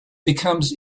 becomes